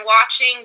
watching